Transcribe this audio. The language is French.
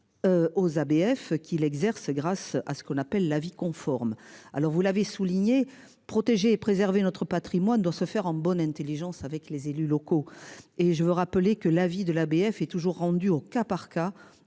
Aux ABF qu'il exerce grâce à ce qu'on appelle l'avis conforme. Alors vous l'avez souligné, protéger et préserver notre Patrimoine doit se faire en bonne Intelligence avec les élus locaux et je veux rappeler que la vie de la BF et toujours rendu au cas par cas